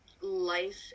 life